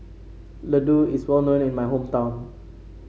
Ladoo is well known in my hometown